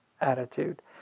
attitude